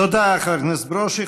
תודה, חבר הכנסת ברושי.